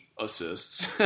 assists